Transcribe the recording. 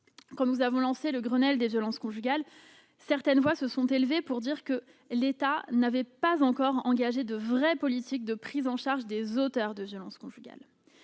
Quand nous avons lancé le Grenelle des violences conjugales, certaines voix se sont élevées pour souligner que l'État n'avait pas encore engagé une vraie politique de prise en charge des auteurs de violences conjugales.